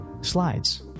Slides